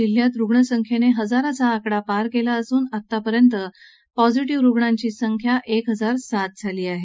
जिल्ह्यात रुग्ण संख्येने हजाराचा आकडा पार केला असून आतापर्यंत पॉझिटिव्ह रुग्णांची संख्या एक हजार सात झाली आहे